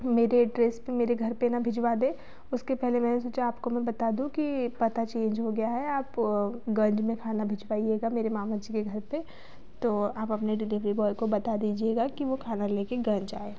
मेर एड्रेस मेरे घर पर न भिजवा दें उसके पहले मैंने सोचा आप को मैं बता दूँ कि पता चेंज हो गया है आप गंज में खाना भिजवाइएगा मेरे मामा जी के घर पर तो आप अपने डिलीवरी बॉय को बता दीजिएगा कि वह खाना लेकर गंज आए